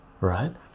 right